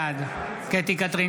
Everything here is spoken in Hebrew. בעד קטי קטרין